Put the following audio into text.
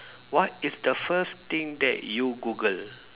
what is the first thing that you Google